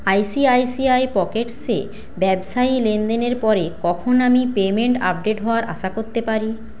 I C I C I পকেটসে ব্যবসায়ী লেনদেনের পরে কখন আমি পেমেন্ট আপডেট হওয়ার আশা করতে পারি